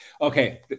Okay